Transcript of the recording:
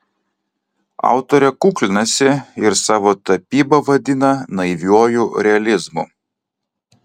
autorė kuklinasi ir savo tapybą vadina naiviuoju realizmu